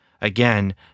Again